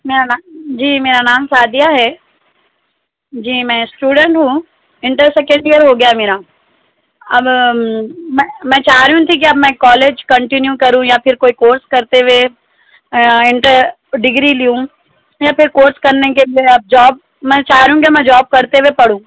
میرا نام جی میرا نام سعدیہ ہے جی میں اسٹوڈینٹ ہوں انٹر سیکنڈ ایئر ہو گیا ہے میرا اب میں میں چاہ رہی ہوں کہ اب میں کالج کنٹینیو کروں یا پھر کوئی کورس کر تے ہوئے انٹر ڈگری لوں یا پھر کورس کرنے کے لیے اب جاب میں چاہ رہی ہوں کہ میں جا ب کرتے ہوئے پڑھوں